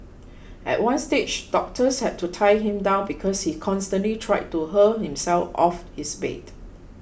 at one stage doctors had to tie him down because he constantly tried to hurl himself off his bed